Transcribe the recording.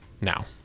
now